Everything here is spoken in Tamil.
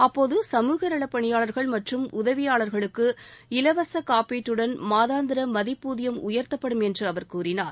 அப்போது சமூகநலப் பணியாளர்கள் மற்றும் உதவியாளர்களுக்கு இலவச காப்பீட்டுடன் மாதாந்திர மதிப்பூதியம் உயர்த்தப்படும் என்று அவர் கூறினார்